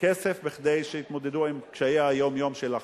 כסף כדי שיתמודדו עם קשיי היום-יום של החיים.